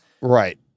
Right